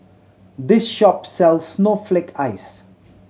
this shop sells snowflake ice